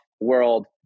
world